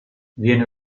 viene